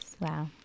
Wow